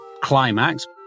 climax